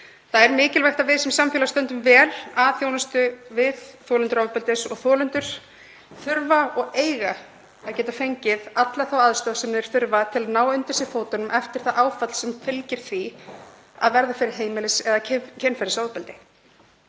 Það er mikilvægt að við sem samfélag stöndum vel að þjónustu við þolendur ofbeldis og þolendur þurfa og eiga að geta fengið alla þá aðstoð sem þeir þurfa til að koma undir sig fótunum eftir það áfall sem fylgir því að verða fyrir heimilis- eða kynferðisofbeldi.